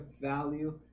value